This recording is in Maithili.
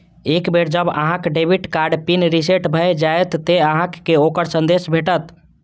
एक बेर जब अहांक डेबिट कार्ड पिन रीसेट भए जाएत, ते अहांक कें ओकर संदेश भेटत